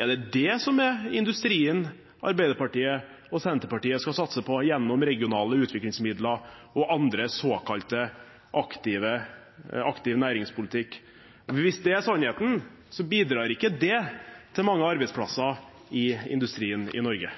Er det det som er industrien Arbeiderpartiet og Senterpartiet skal satse på gjennom regionale utviklingsmidler og annen såkalt aktiv næringspolitikk? Hvis det er sannheten, så bidrar ikke det til mange arbeidsplasser i industrien i Norge.